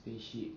spaceship